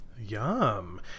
Yum